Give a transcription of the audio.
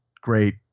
great